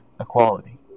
equality